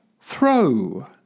throw